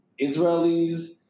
Israelis